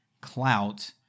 clout